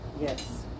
yes